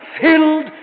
Filled